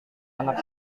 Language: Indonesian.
anak